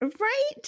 right